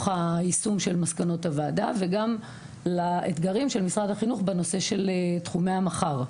היישום של מסקנות הוועדה וגם לאתגרים של משרד החינוך בנושא של תחומי המחר.